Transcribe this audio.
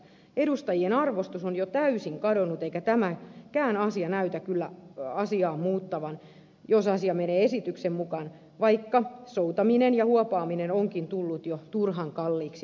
edustajien arvostus on jo täysin kadonnut eikä tämäkään asia näytä kyllä asiaa muuttavan jos asia menee esityksen mukaan vaikka soutaminen ja huopaaminen onkin tullut jo turhan kalliiksi monille